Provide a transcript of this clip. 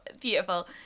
Beautiful